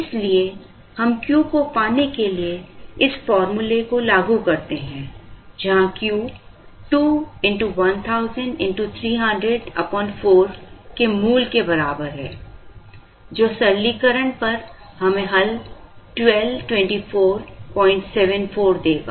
इसलिए हम Q को पाने के लिए इस फॉर्मूले को लागू करते हैं जहां Q 2 x 1000 x 300 4 के मूल के बराबर है जो सरलीकरण पर हमें हल 122474 इकाइयाँ देगा